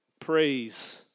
praise